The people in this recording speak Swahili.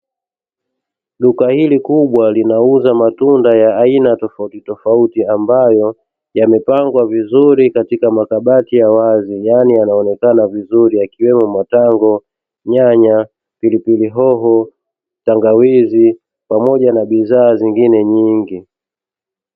Duka hili kubwa linauza matunda ya aina tofautitofauti ambayo yamepangwa vizuri katika makabati ya wazi yani yanaonekana vizuri, yakiwemo matango, nyanya, pilipili hoho, tangawizi pamoja na bidhaa zingine nyingi.